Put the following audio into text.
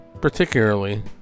particularly